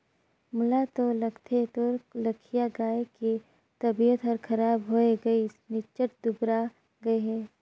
मोला तो लगथे तोर लखिया गाय के तबियत हर खराब होये गइसे निच्च्ट दुबरागे हे